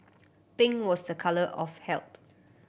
pink was the colour of health